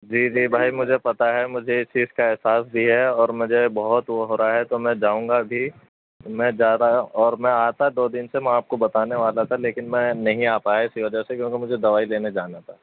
جی جی بھائی مجھے پتّہ ہے مجھے اِس چیز کا احساس بھی ہے اور مجھے بہت وہ ہو رہا ہے تو میں جاؤں گا ابھی میں جا رہا اور میں آتا دو دِن سے میں آپ کو بتانے والا تھا لیکن میں نہیں آ پایا اِسی وجہ سے کیونکہ مجھے دوائی دینے جانا تھا